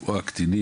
או הקטינים,